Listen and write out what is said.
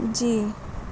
جی